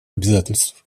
обязательств